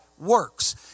works